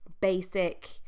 basic